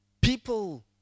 people